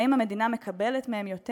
האם המדינה מקבלת מהן יותר?